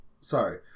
sorry